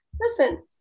listen